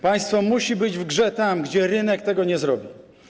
Państwo musi być w grze tam, gdzie rynek tego nie zrobi.